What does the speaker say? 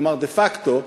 כלומר דה-פקטו,